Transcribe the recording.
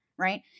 Right